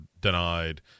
denied